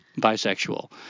bisexual